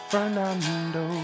Fernando